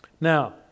Now